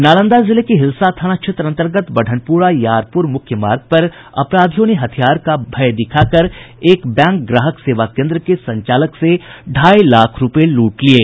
नालंदा जिले के हिलसा थाना क्षेत्र अन्तर्गत बढ़नपुरा यारपुर मुख्य मार्ग पर अपराधियों ने हथियार का भय दिखाकर एक बैंक ग्राहक सेवा केन्द्र के संचालक से ढाई लाख रूपये लूट लिये